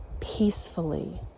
peacefully